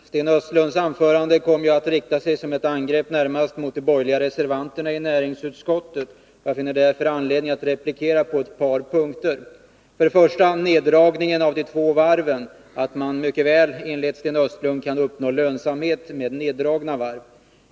Herr talman! Sten Östlunds anförande kom ju att rikta sig som ett angrepp närmast mot de borgerliga reservanterna i näringsutskottet. Jag finner därför anledning att replikera på ett par punkter. Den första gäller neddragningen av de två varven och att man enligt Sten Östlund mycket väl kan uppnå lönsamhet med neddragna varv.